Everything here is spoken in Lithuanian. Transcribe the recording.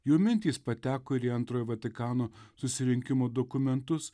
jo mintys pateko į antrojo vatikano susirinkimo dokumentus